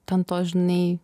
ten tos žinai